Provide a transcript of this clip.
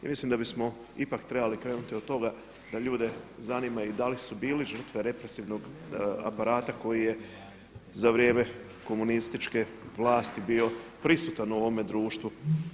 I mislim da bismo ipak trebali krenuti od toga da ljude zanima i da li su bili žrtve represivnog aparata koji je za vrijeme komunističke vlasti bio prisutan u ovome društvu.